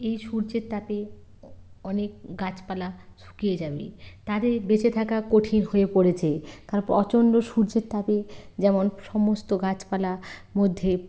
এই সূর্যের তাপে অনেক গাছপালা শুকিয়ে যাবে তাদের বেঁচে থাকা কঠিন হয়ে পড়েছে কারণ প্রচণ্ড সূর্যের তাপে যেমন সমস্ত গাছপালা মধ্যে